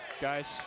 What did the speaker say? Guys